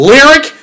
Lyric